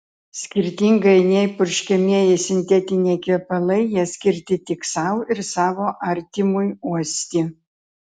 skirtingai nei purškiamieji sintetiniai kvepalai jie skirti tik sau ir savo artimui uosti